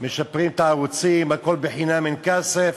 משפרים את הערוצים, הכול חינם אין כסף.